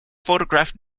photographed